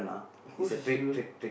who is she